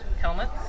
helmets